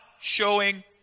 showing